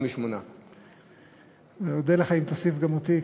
28. אני אודה לך אם תוסיף גם אותי,